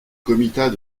comitat